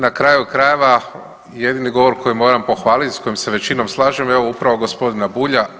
Na kraju krajeva jedini govor koji moram pohvaliti, sa kojim se sa većinom slažem je upravo gospodina Bulja.